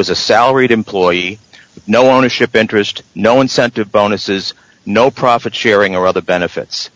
was a salaried employee no ownership interest no incentive bonuses no profit sharing or other benefits